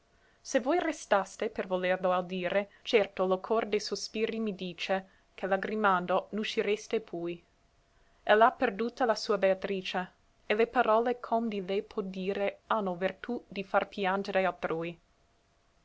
se voi restaste per volerlo audire certo lo cor de sospiri mi dice che lagrimando n'uscireste pui ell'ha perduta la sua beatrice e le parole ch'om di lei pò dire hanno vertù di far piangere altrui